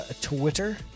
Twitter